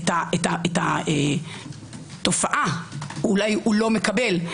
את התופעה אולי הוא לא מקבל.